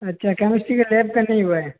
अच्छा केमिस्ट्री के लैब का नहीं हुआ है